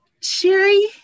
Sherry